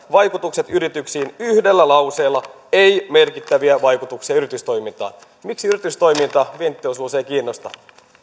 kuitataan vaikutukset yrityksiin yhdellä lauseella ei merkittäviä vaikutuksia yritystoimintaan miksi yritystoiminta vientiteollisuus ei kiinnosta